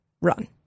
run